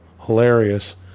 hilarious